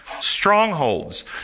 strongholds